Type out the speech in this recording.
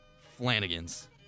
Flanagan's